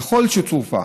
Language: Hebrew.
ככל שצורפה.